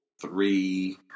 three